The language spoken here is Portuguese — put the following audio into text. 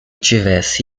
tivesse